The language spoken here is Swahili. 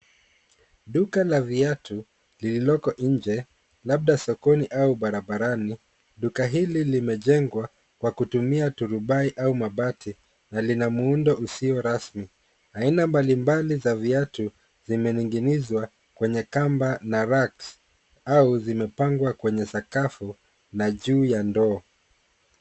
Duka la viatu lililoko nje, labda sokoni au barabarani. Duka hili limejengwa kwa kutumia turubai au mabati na lina muundo usio rasmi. Aina mbalimbali za viatu zimening'inizwa kwenye kamba na racks au zimepangwa kwenye sakafu na juu ya ndoo.